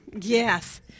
Yes